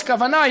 יש כוונה,